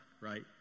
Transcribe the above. right